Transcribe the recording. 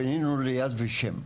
פנינו ליד ושם,